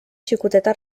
xicoteta